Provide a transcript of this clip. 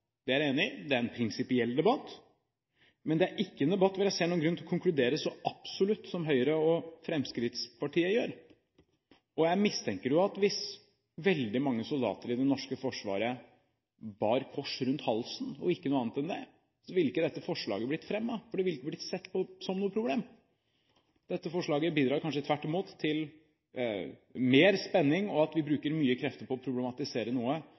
det er jeg enig i. Det er også en prinsipiell debatt, men det er ikke en debatt hvor jeg ser noen grunn til å konkludere så absolutt som Høyre og Fremskrittspartiet gjør. Jeg mistenker jo at hvis veldig mange soldater i det norske forsvaret bar kors rundt halsen, og ikke noe annet enn det, ville ikke dette forslaget blitt fremmet, for det ville ikke blitt sett på som noe problem. Dette forslaget bidrar kanskje tvert imot til mer spenning, og at vi bruker mye krefter på å problematisere noe